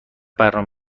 برنامه